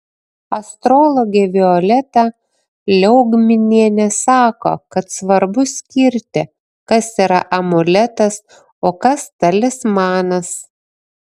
astrologė violeta liaugminienė sako kad svarbu skirti kas yra amuletas o kas talismanas